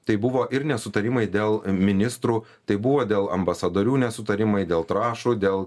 tai buvo ir nesutarimai dėl ministrų tai buvo dėl ambasadorių nesutarimai dėl trąšų dėl